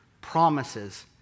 promises